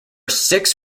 six